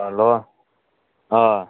hello ꯑꯥ